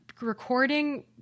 recording